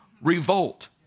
revolt